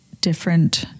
different